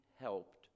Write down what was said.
helped